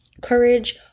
courage